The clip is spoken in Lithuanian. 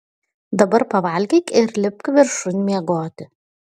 dabar pavalgyk ir lipk viršun miegoti